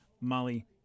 Molly